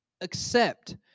accept